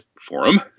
forum